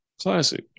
Classic